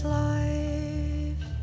life